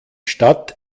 stadt